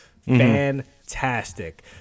fantastic